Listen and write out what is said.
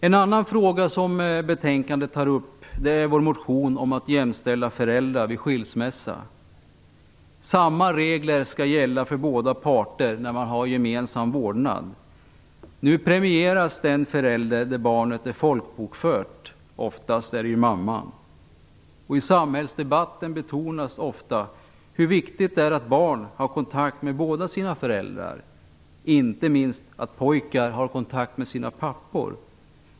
En annan fråga som tas upp i betänkandet är vår motion om att jämställa föräldrar vid skilsmässa. Samma regler skall gälla för båda parter när man har gemensam vårdnad. Nu premieras den förälder hos vilken barnet är folkbokfört. Oftast är det mamman. I samhällsdebatten betonas ofta hur viktigt det är att barn har kontakt med båda sina föräldrar och inte minst att pojkar har kontakt med sina pappor.